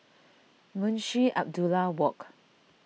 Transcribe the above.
Munshi Abdullah Walk